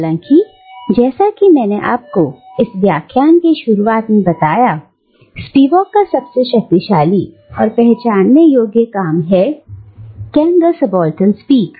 हालांकि जैसा कि मैंने आपको इस व्याख्यान से शुरुआत में बताया था स्पिवाक का सबसे प्रभावशाली और पहचानने योग्य काम है कैन द सबाल्टर्न स्पीक